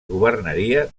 governaria